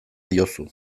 diozu